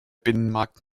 binnenmarkt